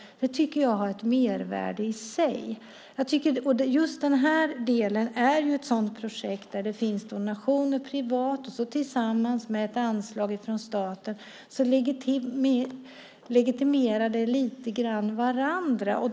Det tycker jag har ett mervärde i sig. Just den här delen är ett sådant projekt där det finns privata donationer. Tillsammans med ett anslag från staten legitimerar de lite grann varandra.